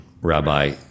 Rabbi